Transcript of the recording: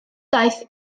daeth